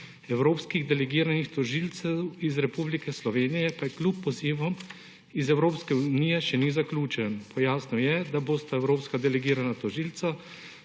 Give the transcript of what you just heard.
evropskih delegiranih tožilcev iz Republike Slovenije pa kljub pozivom iz Evropske unije še ni zaključen. Pojasnil je, da bosta evropska delegirana tožilca